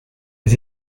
les